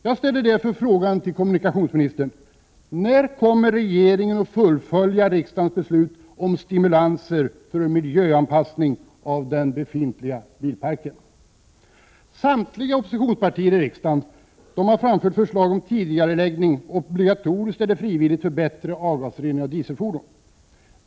Jag ställer därför frågan till kommunikationsministern: När kommer regeringen att fullfölja riksdagens beslut om stimulanser för miljöanpassning av den befintliga bilparken? Samtliga oppositionspartier i riksdagen har framfört förslag om tidigareläggning, obligatoriskt eller frivilligt, för bättre avgasrening för dieselfordon.